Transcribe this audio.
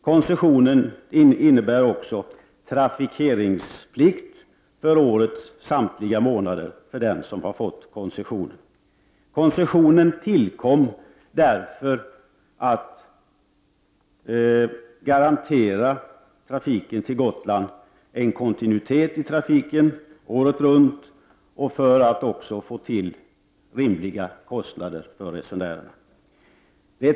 Koncessionen innebär också trafikeringsplikt för årets samtliga månader för den som fått koncession. Koncessionen tillkom i syfte att garantera trafiken till Gotland en kontinuitet året runt och i syfte att få till stånd rimliga kostnader för resenärerna.